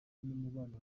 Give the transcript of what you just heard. n’umubano